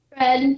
Red